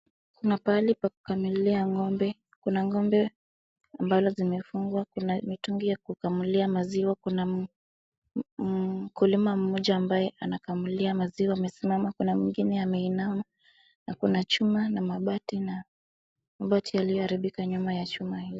Kuna pahali pa kukamulia ng'ombe, kuna ng'ombe ambalo zimefungwa, kuna mitungi ya kukamulia maziwa, kuna mkulima mmoja ambaye anakamulia maziwa amesimama, kuna mwingine ameinama na kuna chuma na mabati na mabati yaliyoharibika nyuma ya chuma.